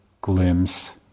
glimpse